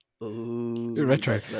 retro